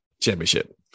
championship